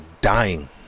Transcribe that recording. dying